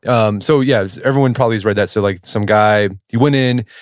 um so, yes. everyone probably has read that. so, like some guy, you went in,